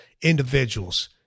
individuals